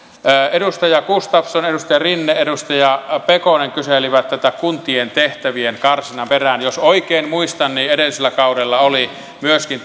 edustaja gustafsson edustaja rinne ja edustaja pekonen kyselivät kuntien tehtävien karsinnan perään jos oikein muistan niin edellisellä kaudella oli myöskin